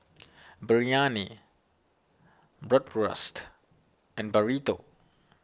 Biryani Bratwurst and Burrito